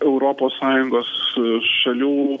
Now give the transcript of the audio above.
europos sąjungos šalių